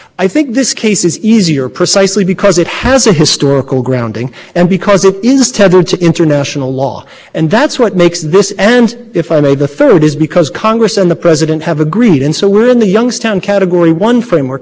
edge question when it appears from the government's theory that the government could have charged this terrorist were aiding and abetting well with joint criminal enterprise and i'm just baffled by that and i wonder if you have an